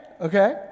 okay